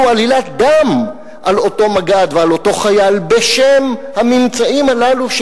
עלילת דם על אותו מג"ד ועל אותו חייל בשם הממצאים הללו,